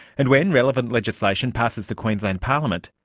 and when relevant legislation passes the queensland parliament,